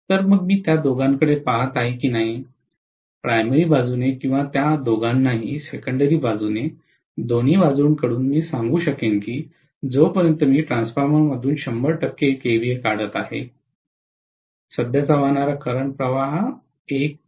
तर मग मी त्या दोघांकडे पहात आहे की नाही प्राथमिक बाजूने किंवा त्या दोघांनाही सेकंडेरी बाजूने दोन्ही बाजूंकडून मी सांगू शकेन की जोपर्यंत मी ट्रान्सफॉर्मरमधून 100 टक्के केव्हीए काढत आहे सध्याचे वाहणारा करंटचा प्रवाह 1 p